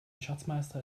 schatzmeister